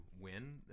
win